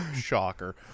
shocker